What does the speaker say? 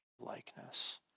likeness